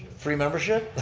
free membership.